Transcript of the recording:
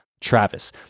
Travis